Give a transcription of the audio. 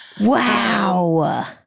Wow